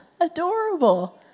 adorable